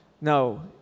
No